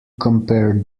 compare